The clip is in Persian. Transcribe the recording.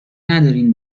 ندارین